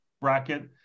bracket